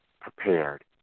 prepared